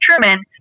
Truman